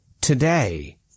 today